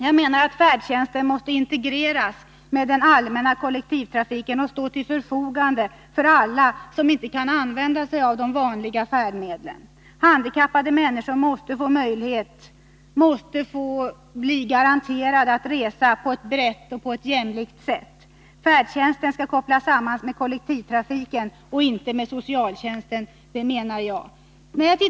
Jag menar att färdtjänsten måste integreras med den allmänna kollektivtrafiken och stå till förfogande för alla som inte kan använda sig av de vanliga färdmedlen. Handikappade människor måste garanteras möjlighet att resa på ett brett och jämlikt sätt. Färdtjänsten skall kopplas samman med kollektivtrafiken och inte med socialtjänstlagen.